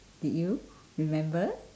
did you remember